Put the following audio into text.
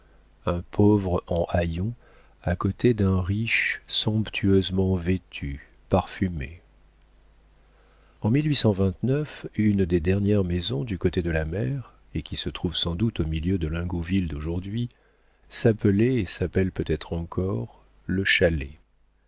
un pauvre en haillons à côté d'un riche somptueusement vêtu parfumé en une des dernières maisons du côté de la mer et qui se trouve sans doute au milieu de l'ingouville d'aujourd'hui s'appelait et s'appelle peut-être encore le chalet